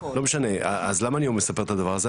אז למה אני מספר את הדבר הזה?